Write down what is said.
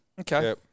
Okay